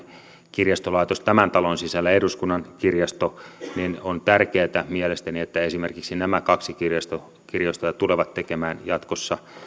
kirjastolaitos tämän talon sisällä eduskunnan kirjasto niin on tärkeätä mielestäni että esimerkiksi nämä kaksi kirjastoa tulevat tekemään jatkossa